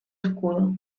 escudo